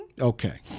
Okay